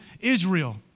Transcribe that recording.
Israel